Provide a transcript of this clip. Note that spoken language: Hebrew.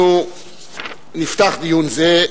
אנחנו נפתח דיון זה.